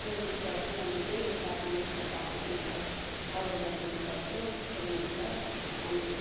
कोसिस गर्छु अनि त्यही हिसाबले म पकाएर उनीहरूलाई अरूलाई दिने गर्छु फ्यामेलीलाई अनि